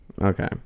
Okay